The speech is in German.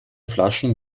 flaschen